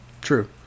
True